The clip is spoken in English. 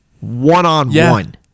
one-on-one